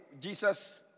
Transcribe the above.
Jesus